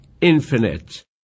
infinite